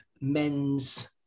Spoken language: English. men's